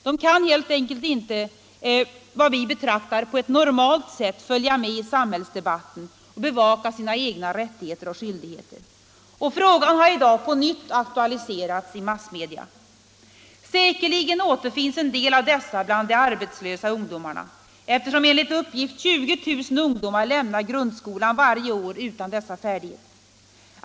De kan helt enkelt inte på vad vi betraktar som ett normalt sätt följa med i samhällsdebatten och bevaka sina egna rättigheter och skyldigheter. Frågan har i dag på nytt aktualiserats i massmedia. Säkerligen återfinns en del av dessa människor bland de arbetslösa ungdomarna, eftersom enligt uppgift 20000 ungdomar lämnar grundskolan varje år utan dessa färdigheter.